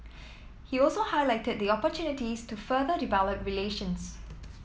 he also highlighted the opportunities to further develop relations